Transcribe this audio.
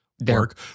work